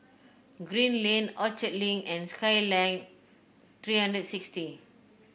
Green Lane Orchard Link and Skyline Three hundred and sixty